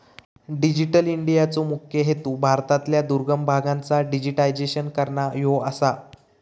digital इंडियाचो मुख्य हेतू भारतातल्या दुर्गम भागांचा डिजिटायझेशन करना ह्यो आसा